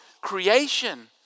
creation